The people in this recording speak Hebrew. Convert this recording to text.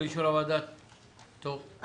דיון המשך,